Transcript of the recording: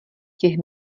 těch